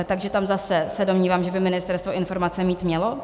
Takže tam zase se domnívám, že by ministerstvo informace mít mělo.